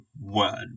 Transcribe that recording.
word